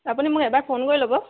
আপুনি মোক এবাৰ ফোন কৰি ল'ব